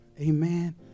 Amen